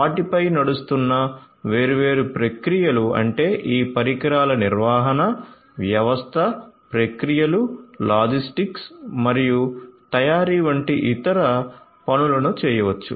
వాటిపై నడుస్తున్న వేర్వేరు ప్రక్రియలు అంటే ఈ పరికరాల నిర్వహణ వ్యవస్థ ప్రక్రియలు లాజిస్టిక్స్ మరియు తయారీ వంటి ఇతర ఇతర పనులను చేయవచ్చు